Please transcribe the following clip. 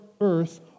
earth